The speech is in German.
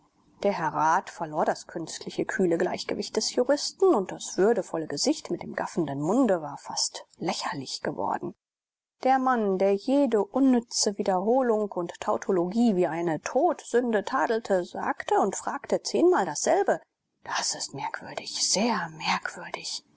der herr rat verlor das künstliche kühle gleichgewicht des juristen und das würdevolle gesicht mit dem gaffenden munde war fast lächerlich geworden der mann der jede unnütze wiederholung und tautologie wie eine todsünde tadelte sagte und fragte zehnmal dasselbe das ist merkwürdig sehr merkwürdig